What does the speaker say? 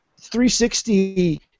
360